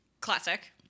classic